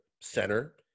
center